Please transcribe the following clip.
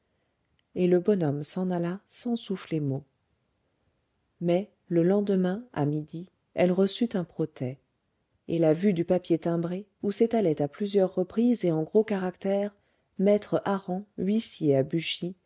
et le bonhomme s'en alla sans souffler mot mais le lendemain à midi elle reçut un protêt et la vue du papier timbré où s'étalait à plusieurs reprises et en gros caractères maître hareng huissier à